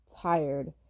tired